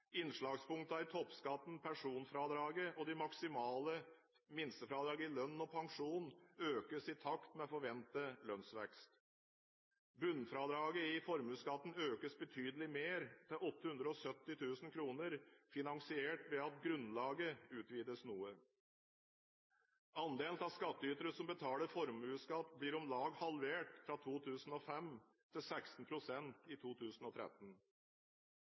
i toppskatten, pensjonsfradraget og de maksimale minstefradrag i lønn og pensjon økes i takt med forventet lønnsvekst. Bunnfradraget i formuesskatten økes betydelig mer, til 870 000 kr, finansiert ved at grunnlaget utvides noe. Andelen av skattyterne som betaler formuesskatt, blir om lag halvert fra 2005, til 16 pst. i 2013.